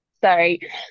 Sorry